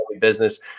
business